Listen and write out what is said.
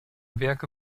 werke